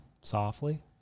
softly